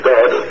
God